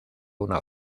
una